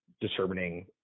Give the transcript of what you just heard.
determining